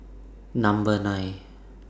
Number nine